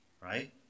right